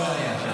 לא.